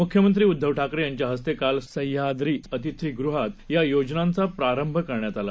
मुख्यमंत्रीउद्धवठाकरेयांच्याहस्तेकालसह्याद्रीअतिथीगृहातयायोजनांचाप्रारंभकरण्यातआला